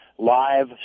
live